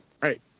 Right